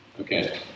Okay